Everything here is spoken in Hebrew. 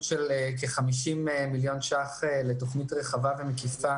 של כ-50 מיליון ש"ח לתוכנית רחבה ומקיפה